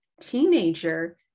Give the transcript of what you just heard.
teenager